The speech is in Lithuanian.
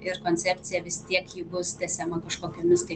ir koncepcija vis tiek ji bus tęsiama kažkokiomis tai